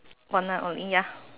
one night only ya